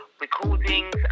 Recordings